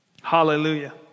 Hallelujah